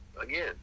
again